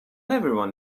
everyone